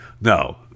no